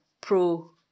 pro